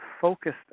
focused